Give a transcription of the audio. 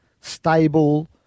stable